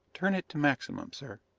turn it to maximum, sir.